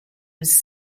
was